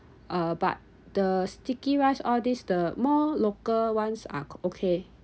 uh but the sticky rice all these the more local ones are okay